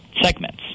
segments